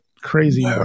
Crazy